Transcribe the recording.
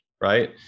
right